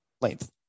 length